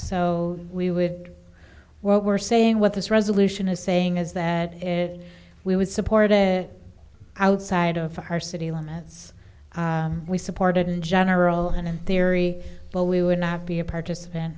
so we would well we're saying what this resolution is saying is that if we would support outside of our city limits we supported in general and in theory but we would not be a participant